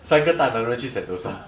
三个大男人去 Sentosa